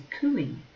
cooing